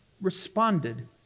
responded